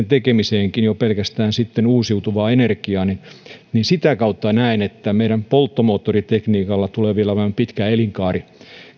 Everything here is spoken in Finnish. tekemiseenkin käytämme pelkästään uusiutuvaa energiaa ja sitä kautta näen että meidän tulevilla polttomoottoritekniikoilla on pitkä elinkaari